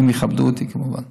אם יכבדו אותי, כמובן.